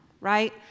right